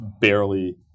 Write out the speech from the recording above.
barely